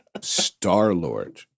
Star-Lord